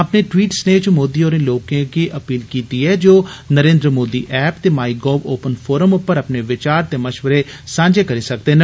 अपने ट्वीट स्नेह च श्री मोदी होरें लोकें गी अपील कीती ऐ जे ओ नरेन्द्र मोदी ऐप ते माई गोव ओपन फोरम च अपने विचार ते मशवरे सांझे करी सकदे न